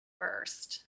first